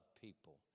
people